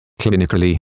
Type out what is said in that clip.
clinically